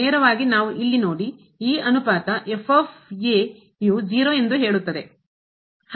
ನೇರವಾಗಿ ನಾವು ಇಲ್ಲಿ ನೋಡಿ ಈ ಅನುಪಾತ ಯು